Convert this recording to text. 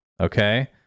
Okay